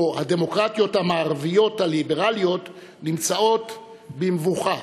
או הדמוקרטיות המערביות הליברליות נמצאות במבוכה,